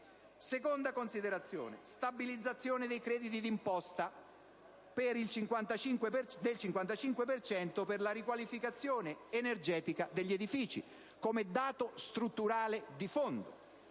seconda considerazione riguarda la stabilizzazione dei crediti d'imposta del 55 per cento per la riqualificazione energetica degli edifici come dato strutturale di fondo.